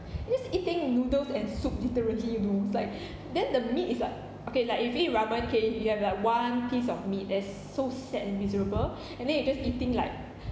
you just eating noodles and soup literally you know it's like then the meat is like okay lah if you eat ramen okay you have like one piece of meat that is so sad and miserable and then you just eating like